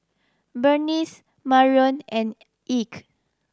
Berniece Marrion and Ike